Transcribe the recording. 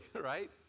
right